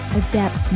adapt